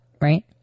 right